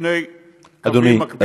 בשני קווים מקבילים,